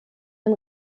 den